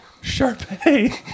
Sharpay